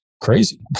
crazy